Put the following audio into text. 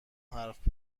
حرف